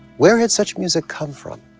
where had such music come from?